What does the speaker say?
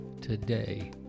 today